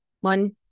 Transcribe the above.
One